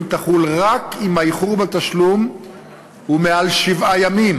תחול רק אם האיחור בתשלום הוא מעל שבעה ימים,